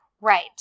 Right